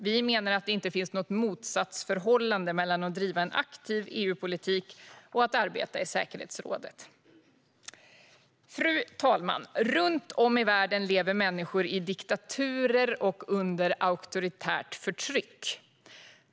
Vi menar att det inte finns något motsatsförhållande mellan att driva en aktiv EU-politik och att arbeta i säkerhetsrådet. Fru talman! Runt om i världen lever människor i diktaturer och under auktoritärt förtryck.